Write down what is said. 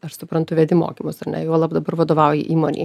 aš suprantu vedi mokymus ar ne juolab dabar vadovauji įmonei